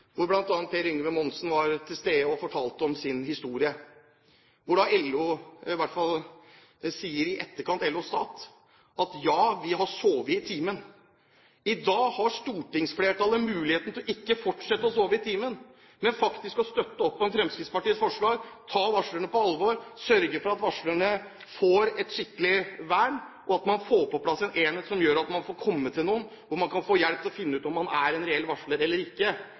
fortalte sin historie. LO Stat sier i hvert fall i etterkant at ja, vi har sovet i timen. I dag har stortingsflertallet muligheten til ikke å fortsette å sove i timen, men faktisk støtte opp om Fremskrittspartiets forslag, ta varslerne på alvor, sørge for at varslerne får et skikkelig vern, og at man får på plass en enhet som gjør at man får komme til noen og få hjelp til å finne ut om man er en reell varsler eller ikke.